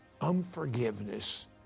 Unforgiveness